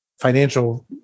financial